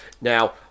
Now